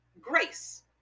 grace